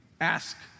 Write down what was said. ask